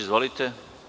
Izvolite.